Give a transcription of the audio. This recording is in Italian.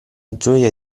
gioia